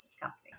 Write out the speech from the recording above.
company